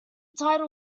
title